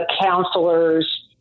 counselors